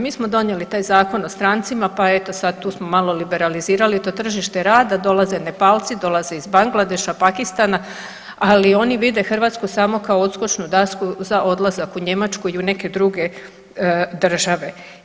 Mi smo donijeli taj Zakon o strancima, pa eto sad tu smo malo liberalizirali to tržište rada, dolaze Nepalci, dolaze iz Bangladeša, Pakistana, ali oni vide Hrvatsku samo kao odskočnu dasku za odlazak u Njemačku i u neke druge države.